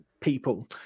people